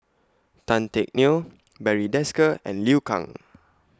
Tan Teck Neo Barry Desker and Liu Kang